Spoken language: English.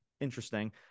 interesting